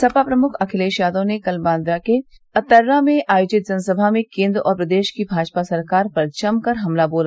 सपा प्रमुख अखिलेश यादव ने कल बांदा के अतर्रा में आयोजित जनसभा में केन्द्र और प्रदेश की भाजपा सरकार पर जमकर हमला बोला